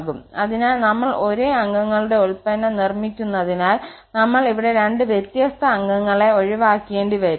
അതിനാൽ നമ്മൾ ഒരേ അംഗങ്ങളുടെ ഉൽപന്നം നിർമ്മിക്കുന്നതിനാൽ നമ്മൾ ഇവിടെ രണ്ട് വ്യത്യസ്ത അംഗങ്ങളെ ഒഴിവാക്കേണ്ടി വരും